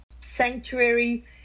sanctuary